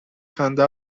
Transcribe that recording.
خنده